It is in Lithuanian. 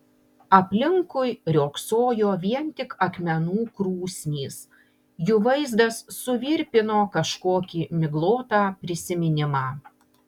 aplinkui riogsojo vien tik akmenų krūsnys jų vaizdas suvirpino kažkokį miglotą prisiminimą